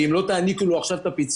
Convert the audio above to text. ואם לא תעניקו לו עכשיו את הפיצוי,